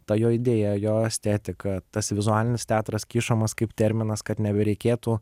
ta jo idėja jo estetika tas vizualinis teatras kišamas kaip terminas kad nebereikėtų